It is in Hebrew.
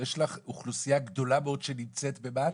יש לך אוכלוסייה גדולה מאוד שנמצאת במה"ט.